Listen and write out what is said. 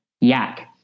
yak